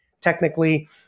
technically